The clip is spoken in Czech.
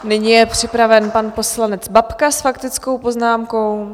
Nyní je připraven pan poslanec Babka s faktickou poznámkou.